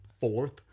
fourth